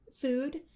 food